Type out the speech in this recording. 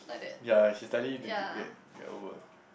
ya she study to get get over